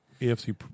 AFC